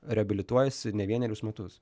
reabilituojasi ne vienerius metus